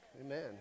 Amen